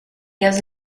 has